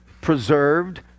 preserved